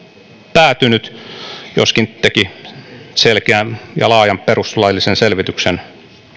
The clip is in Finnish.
päätynyt joskin teki selkeän ja laajan perustuslaillisen selvityksen